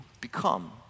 become